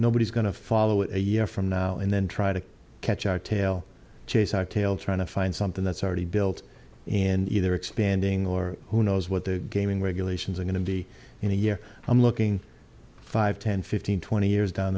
nobody's going to follow it a year from now and then try to catch our tail chasing our tail trying to find something that's already built and either expanding or who knows what the gaming regulations are going to be in a year i'm looking five ten fifteen twenty years down